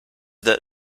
that